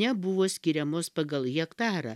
nebuvo skiriamos pagal hektarą